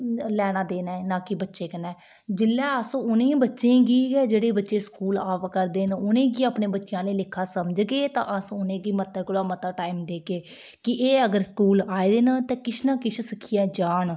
लैना देना ऐ ना कि बच्चें कन्नै जेल्लै अस उ'नें बच्चें गी गै जेह्ड़े बच्चे स्कूल आवै करदे न उ'नें गी अपने बच्चें आह्ले लेखा समझगे तां अस उ'नें गी मते कोला मता टैम देगे कि एह् अगर स्कूल आए दे न ते किश ना किश सिक्खियै जान